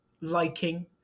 liking